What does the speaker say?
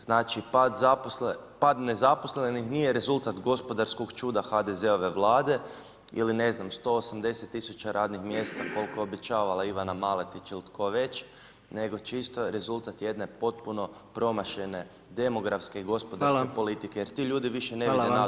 Znači pad nezaposlenih nije rezultat gospodarskog čuda HDZ-ove Vlade ili ne znam 180 000 radnih mjesta koliko je obećavala Ivana Maletić ili tko već, nego čisto rezultat jedne potpuno promašene demografske i gospodarske politike jer ti ljudi više ne vide nadu u Hrvatskoj.